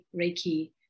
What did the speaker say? Reiki